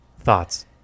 Thoughts